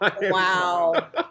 Wow